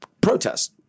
protest